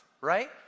Right